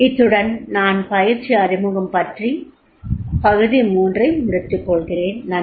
இத்துடன் நான் பயிற்சி அறிமுகம் பகுதி 3 ஐ முடித்துகொள்கிறேன் நன்றி